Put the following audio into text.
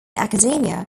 academia